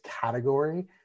category